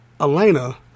Elena